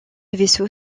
vaisseau